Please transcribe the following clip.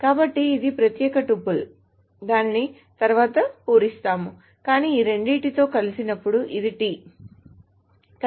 కాబట్టి ఇది ప్రత్యేక టపుల్ దానిని తరువాత పూరిస్తాము కానీ ఈ రెండింటితో కలిసినప్పుడు ఇది t